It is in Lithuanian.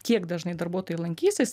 kiek dažnai darbuotojai lankysis